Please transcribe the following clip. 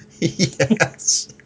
Yes